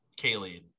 Kaylee